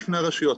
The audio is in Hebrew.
בפני הרשויות.